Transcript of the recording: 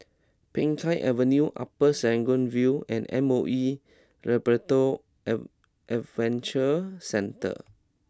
Peng Kang Avenue Upper Serangoon View and M O E Labrador ave Adventure Centre